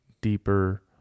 deeper